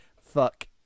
fuck